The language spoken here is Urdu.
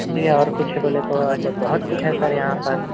جی اور کچھ بولے تو اب بہت کچھ ہے سر یہاں پر